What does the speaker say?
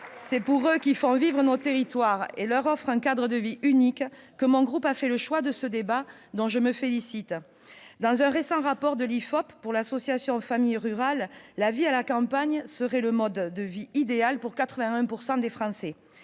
C'est pour eux, qui font vivre nos territoires et leur offrent un cadre de vie unique, que mon groupe a fait le choix de ce débat, dont je me félicite. D'après un récent rapport de l'IFOP pour l'association Familles rurales, la vie à la campagne serait le mode de vie idéal pour 81 % des Français.